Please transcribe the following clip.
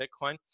Bitcoin